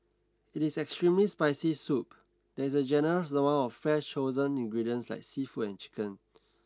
in its extremely spicy soup there is a generous amount of fresh chosen ingredients like seafood and chicken